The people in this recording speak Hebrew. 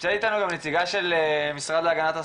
נמצאת איתנו נציגה של המשרד להגנת הסביבה,